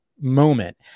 moment